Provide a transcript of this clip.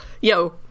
Yo